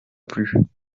plus